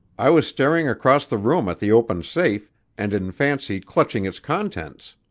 i was staring across the room at the open safe and in fancy clutching its contents.